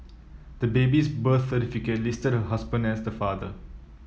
the baby's birth certificate listed her husband as the father